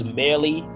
merely